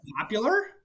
popular